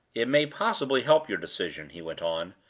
it may possibly help your decision, he went on,